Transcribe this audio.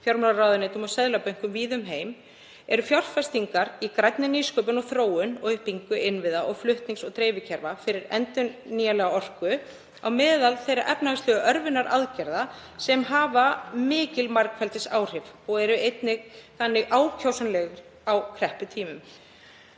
fjármálaráðuneytum og seðlabönkum víða um heim eru fjárfestingar í grænni nýsköpun og þróun og uppbyggingu innviða og flutnings- og dreifikerfa fyrir endurnýjanlega orku á meðal þeirra efnahagslegu örvunaraðgerða sem hafa mikil margfeldisáhrif og eru þannig ákjósanlegar á krepputímum.